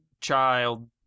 child